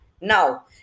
Now